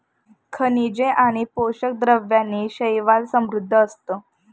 खनिजे आणि पोषक द्रव्यांनी शैवाल समृद्ध असतं